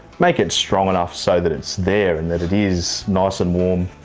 make it strong enough so that it's there and that it is nice and warm